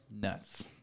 Nuts